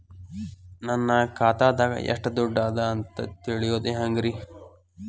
ನನ್ನ ಖಾತೆದಾಗ ಎಷ್ಟ ದುಡ್ಡು ಅದ ಅಂತ ತಿಳಿಯೋದು ಹ್ಯಾಂಗ್ರಿ?